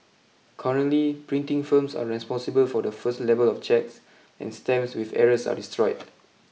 currently printing firms are responsible for the first level of checks and stamps with errors are destroyed